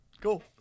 Cool